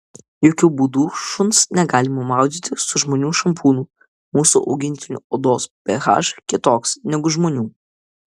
jokiu būdu šuns negalima maudyti su žmonių šampūnu mūsų augintinių odos ph kitoks negu žmonių